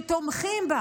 שתומכים בה